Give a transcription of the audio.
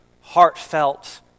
heartfelt